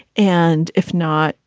and if not,